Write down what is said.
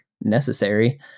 necessary